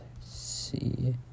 see